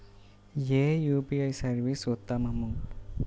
ఏ UPI service ఉత్తమము?